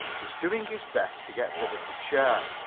was doing his best to get rid of the chair.